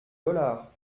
dollars